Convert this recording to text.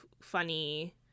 funny